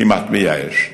כמעט מייאש,